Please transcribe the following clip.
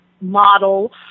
model